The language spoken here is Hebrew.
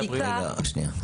רגע, שנייה.